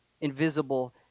invisible